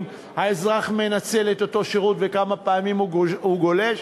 האזרח מנצל את אותו שירות וכמה פעמים הוא גולש,